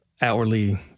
outwardly